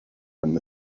from